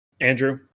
Andrew